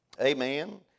Amen